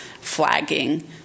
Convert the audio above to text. flagging